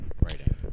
writing